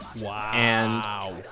Wow